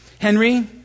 Henry